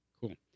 Cool